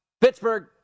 Pittsburgh